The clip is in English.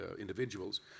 individuals